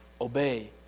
obey